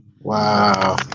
Wow